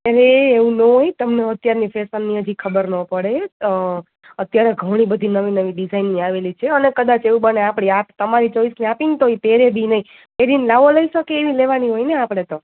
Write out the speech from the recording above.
અરે એવું ના હોય તમને અત્યારની ફેશનની હજી ખબર ના પડે અત્યારે ઘણી બધી નવી નવી ડિઝાઇનની આવેલી છે અને કદાચ એવું બને આપણી હા કે તમારી ચોઇસની આપીને તો એ પહેરે બી નહીં પહેરીને લ્હાવો લઈ શકે એવી લેવાની હોય ને આપણે તો